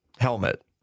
helmet